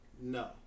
No